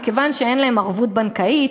מכיוון שאין להם ערבות בנקאית,